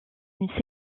une